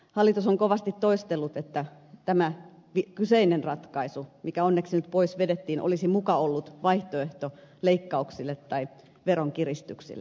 hallitus on kovasti toistellut että tämä kyseinen ratkaisu mikä onneksi nyt pois vedettiin olisi muka ollut vaihtoehto leikkauksille tai veronkiristyksille